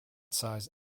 size